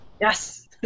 Yes